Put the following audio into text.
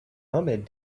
ahmed